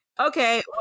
Okay